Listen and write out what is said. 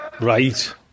Right